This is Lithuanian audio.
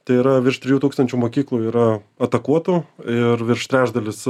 tai yra virš trijų tūkstančių mokyklų yra atakuotų ir virš trečdalis